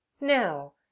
Now